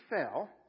fell